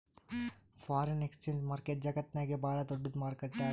foreign exchange market ಜಗತ್ತ್ನಾಗೆ ಭಾಳ್ ದೊಡ್ಡದ್ ಮಾರುಕಟ್ಟೆ ಆಗ್ಯಾದ